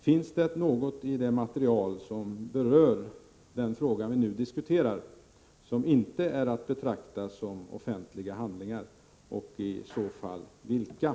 Finns det något i det material som berör den fråga vi nu diskuterar som inte är att betrakta som offentlig handling, och i så fall vad?